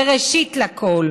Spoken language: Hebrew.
וראשית לכול,